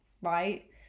right